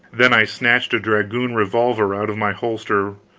then i snatched a dragoon revolver out of my holster,